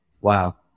Wow